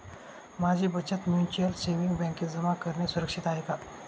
माझी बचत mutual savings बँकेत जमा करणे सुरक्षित आहे का